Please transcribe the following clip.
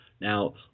Now